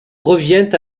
revient